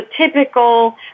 typical